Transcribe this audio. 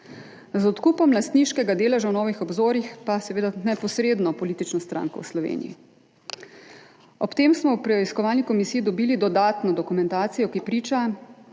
z odkupom lastniškega deleža v Novih obzorjih pa seveda neposredno politično stranko v Sloveniji. Ob tem smo v preiskovalni komisiji dobili dodatno dokumentacijo, ki priča,